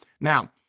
now